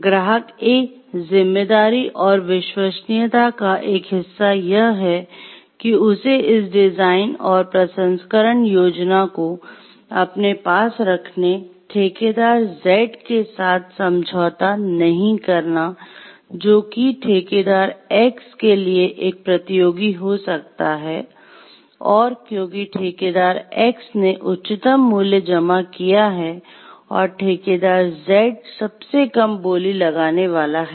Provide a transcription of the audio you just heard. ग्राहक A जिम्मेदारी और विश्वसनीयता का एक हिस्सा यह है कि उसे इस डिज़ाइन और प्रसंस्करण योजना को अपने पास रखने ठेकेदार Z के साथ साझा नहीं करना जो कि ठेकेदार X के लिए एक प्रतियोगी हो सकता है और क्योंकि ठेकेदार X ने उच्चतम मूल्य जमा किया है और ठेकेदार Z सबसे कम बोली लगाने वाला है